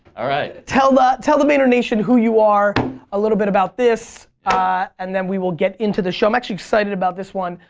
alright. tell ah tell the vayner nation who you are a little bit about this and then we will get into the show. i'm actually excited about this one.